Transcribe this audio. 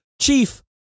chief